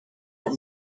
what